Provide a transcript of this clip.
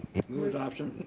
move adoption.